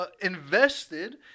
Invested